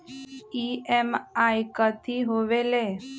EMI कथी होवेले?